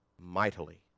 mightily